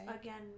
again